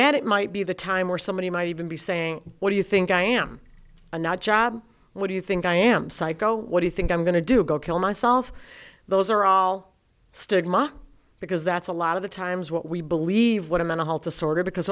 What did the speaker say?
that it might be the time where somebody might even be saying what do you think i am a nut job what do you think i am psycho what do you think i'm going to do go kill myself those are all stigma because that's a lot of the times what we believe what a mental health disorder because